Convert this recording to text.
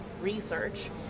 research